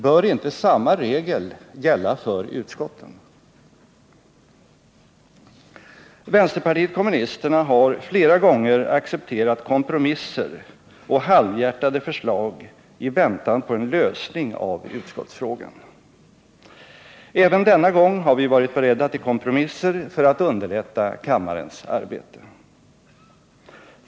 Bör inte samma regel gälla för utskotten? Vänsterpartiet kommunisterna har flera gånger accepterat kompromisser och halvhjärtade förslag i väntan på en lösning av utskottsfrågan. Även denna gång har vi varit beredda till kompromisser för att underlätta kammarens arbete.